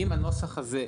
אם הנוסח הזה,